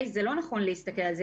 זה לא נכון להסתכל על זה.